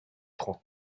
trente